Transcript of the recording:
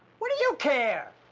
what do you care?